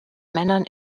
männern